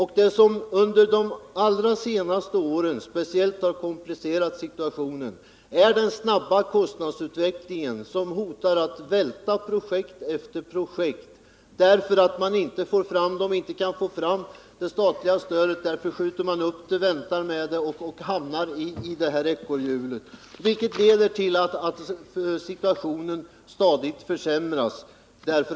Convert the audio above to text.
Det som under de allra senaste åren speciellt har komplicerat situationen är den snabba kostnadsutveckling som hotar att välta projekt efter projekt. När man inte kan få fram det statliga stödet, skjuter man upp byggandet och hamnar i ett ekorrhjul.